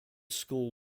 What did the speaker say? school